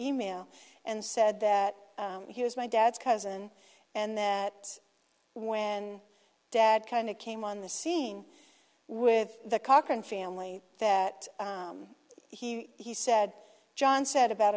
e mail and said that he was my dad's cousin and that when dad kind of came on the scene with the cochran family that he he said john said about